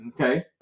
Okay